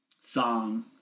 song